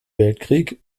weltkrieg